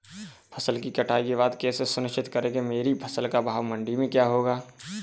फसल की कटाई के बाद कैसे सुनिश्चित करें कि मेरी फसल का भाव मंडी में क्या होगा?